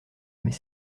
mais